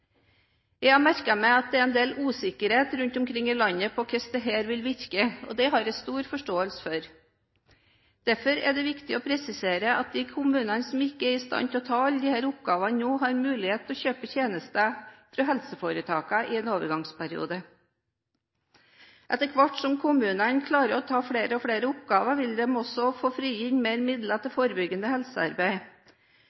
Jeg har merket meg at det er en del usikkerhet rundt omkring i landet om hvordan dette vil virke, og det har jeg stor forståelse for. Derfor er det viktig å presisere at de kommunene som ikke er i stand til å ta alle disse oppgavene nå, har mulighet til å kjøpe tjenester fra helseforetakene i en overgangsperiode. Etter hvert som kommunene klarer å ta flere og flere oppgaver, vil de også få frigitt mer midler til